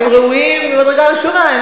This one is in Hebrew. הם ראויים ממדרגה ראשונה,